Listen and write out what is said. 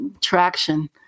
traction